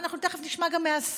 ואנחנו תכף נשמע גם מהשר,